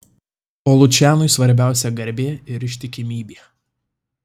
o lučianui svarbiausia garbė ir ištikimybė